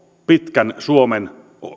pitkän suomen